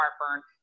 heartburn